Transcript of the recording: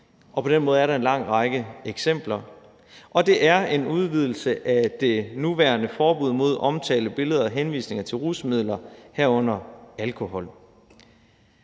og på den måde er der en lang række eksempler, og det er en udvidelse af det nuværende forbud mod omtale af, billeder af og henvisninger til rusmidler, herunder alkohol.